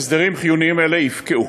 הסדרים חיוניים אלה יפקעו.